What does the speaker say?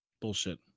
bullshit